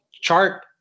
Chart